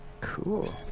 Cool